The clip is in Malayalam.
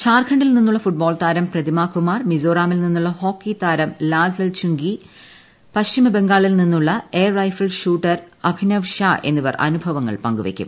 ഝാർഖണ്ഡിൽ നിന്നുള്ള ഫുട്ബോൾ താരം പ്രതിമ കുമാർ മിസോറാമിൽ നിന്നുള്ള ഹോക്കി താരം ലാൽതൽചുങ്കി പശ്ചിമ ബംഗാളിൽ നിന്നുള്ള air rifle shooter Abhinav Shah എന്നിവർ അനുഭവങ്ങൾ പങ്കുവയ്ക്കും